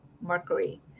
Mercury